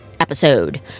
Episode